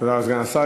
תודה לסגן השר.